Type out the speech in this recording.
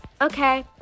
Okay